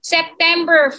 September